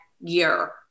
year-